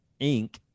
Inc